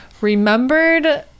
remembered